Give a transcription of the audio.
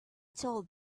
told